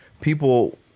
People